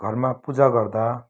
घरमा पुजा गर्दा